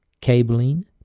Cabling